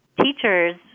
teachers